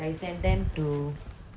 you send them to